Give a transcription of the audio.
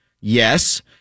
Yes